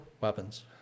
weapons